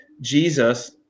Jesus